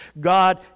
God